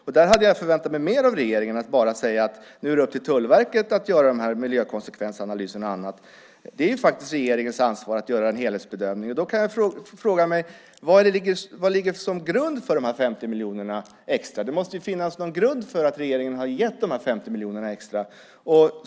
Jag hade förväntat mig mer av regeringen än att den bara skulle säga att det är upp till Tullverket att göra miljökonsekvensanalyserna och annat. Det är regeringens ansvar att göra en helhetsbedömning. Vad ligger som grund för de extra 50 miljonerna? Det måste finnas någon grund för att regeringen har gett de extra 50 miljonerna.